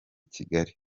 kigali